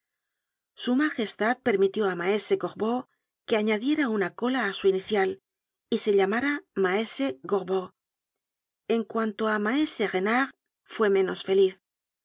m permitió á maese corbeau que añadiera una cola á su inicial y se llamara maese gorbeau en cuanto á maese renard fue menos feliz